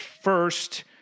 first